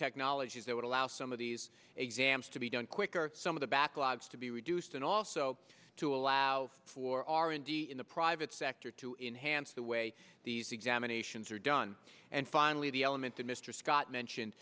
technologies that would allow some of these exams to be done quicker some of the backlogs to be reduced and also to allow for r and d in the private sector to enhance the way these examinations are done and finally the element that mr scott mentioned